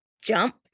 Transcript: jump